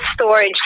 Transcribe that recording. storage